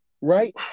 right